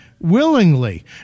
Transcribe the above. willingly